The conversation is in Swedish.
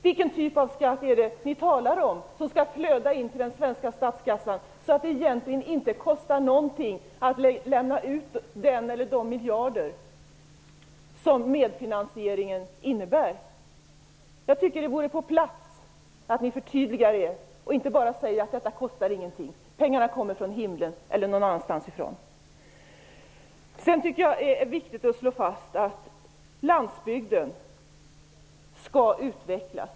Vilken skatt är det ni talar om som skall flöda in till den svenska statskassan så att det egentligen inte kostar någonting att lämna ut den eller de miljarder som medfinansieringen innebär? Det vore på sin plats att ni förtydligar er och inte bara säger att detta inte kostar någonting. Pengarna kommer tydligen från himlen eller någon annanstans ifrån. Det är viktigt att slå fast att landsbygden skall utvecklas.